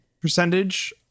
percentage